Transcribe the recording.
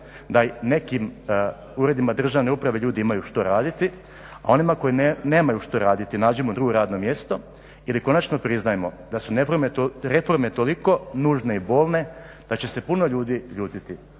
da u nekim uredima državne uprave ljudi imaju što raditi, a onima koji nemaju što raditi, nađimo drugo radno mjesto i konačno priznajmo da su reforme toliko nužne i bolne da će se puno ljudi ljutiti.